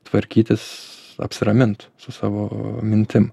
tvarkytis apsiramint su savo mintim